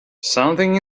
something